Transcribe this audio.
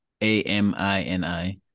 a-m-i-n-i